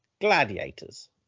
gladiators